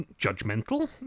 judgmental